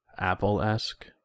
apple-esque